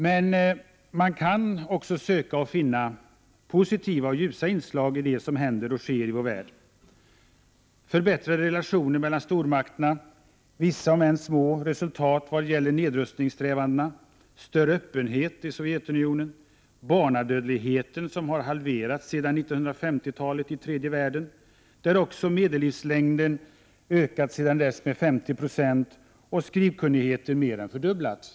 Men man kan också söka, och finna, positiva och ljusa inslag i det som sker i vår värld, t.ex. förbättrade relationer mellan stormakterna, vissa, om än små, resultat i vad gäller nedrustningssträvandena och större öppenhet i Sovjetunionen. Barnadödligheten har halverats sedan 1950-talet i tredje världen, där också medellivslängden har ökat sedan dess med 50 26 och skrivkunnigheten mer än fördubblats.